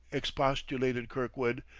expostulated kirkwood,